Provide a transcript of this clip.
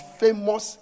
famous